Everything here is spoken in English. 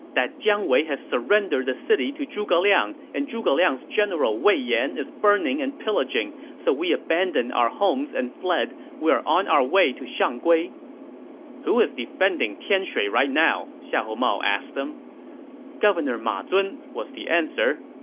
that jiang wei has surrendered the city to zhuge liang, and zhuge liang's general wei yan is burning and pillaging, so we abandoned our homes and fled. we are on our way to shanggui. who is defending tianshui right now? xiahou mao asked them governor ma zun was the answer.